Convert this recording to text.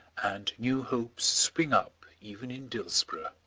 and new hopes spring up even in dillsborough